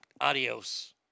Adios